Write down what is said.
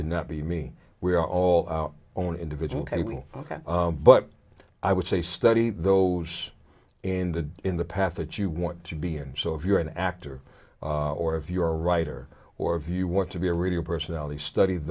cannot be me we are all out on individual cable ok but i would say study those in the in the path that you want to be and so if you're an actor or if you're a writer or if you want to be a radio personality stud